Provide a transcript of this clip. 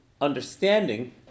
understanding